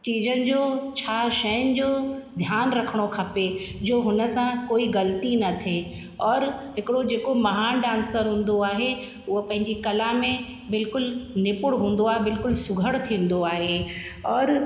चीजनि जो छा शयुनि जो ध्यानु रखणो खपे जो हुनसां कोई ग़लती न थिए और हिकिड़ो जेको महान डांसर हूंदो आहे उहो पंहिंजी कला में बिल्कुलु निपुण हूंदो आहे बिल्कुलु सुघड़ थींदो आहे और